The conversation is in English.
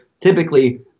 typically